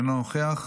אינו נוכח,